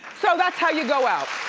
so that's how you go out.